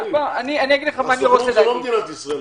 הסוכנות זה לא מדינת ישראל.